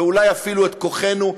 ואולי אפילו את כוחנו,